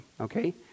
Okay